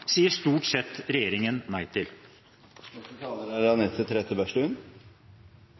sier regjeringen stort sett nei til.